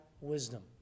wisdom